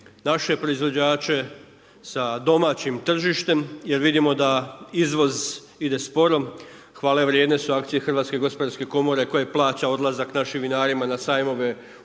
naše proizvođače sa domaćim tržištem jer vidimo da izvoz ide sporo, hvalevrijedne su akcije HGK-a koja plaća odlazak našim vinarima na sajmove u Njemačku